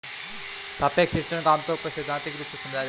सापेक्ष रिटर्न को आमतौर पर सैद्धान्तिक रूप से समझाया जाता है